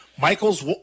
Michaels